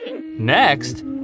Next